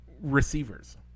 receivers